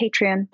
Patreon